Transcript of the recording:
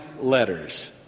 letters